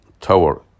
tower